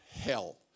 hell